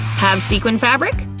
have sequin fabric?